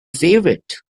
favorite